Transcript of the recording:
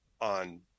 on